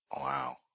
Wow